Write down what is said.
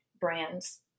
brands